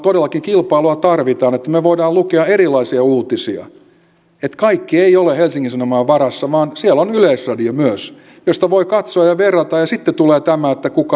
todellakin kilpailua tarvitaan että me voimme lukea erilaisia uutisia että kaikki ei ole helsingin sanomain varassa vaan on myös yleisradio josta voi katsoa ja verrata ja sitten tulee tämä että kuka on luotettavin